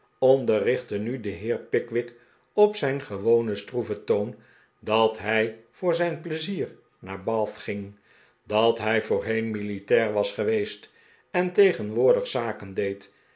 onderrichtte nu den heer pickwick op zijn gewonen stroeven toon dat hij voor zijn pleizier naar bath ging dat hij voorheen militair was geweest en tegenwoordig zaken deed